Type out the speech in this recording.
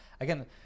again